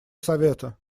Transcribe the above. совета